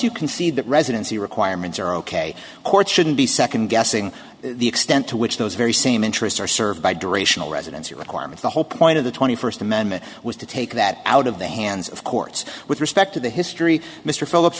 you concede that residency requirements are ok courts shouldn't be second guessing the extent to which those very same interests are served by durational residency requirement the whole point of the twenty first amendment was to take that out of the hands of courts with respect to the history mr phillips